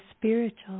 spiritual